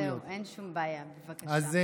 זהו, אין שום בעיה, בבקשה.